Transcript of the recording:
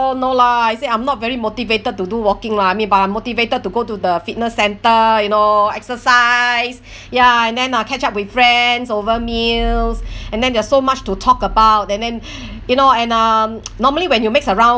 no lah I say I'm not very motivated to do walking lah but I'm motivated to go to the fitness centre you know exercise ya and then uh catch up with friends over meals and then there's so much to talk about and then you know and um normally when you mix around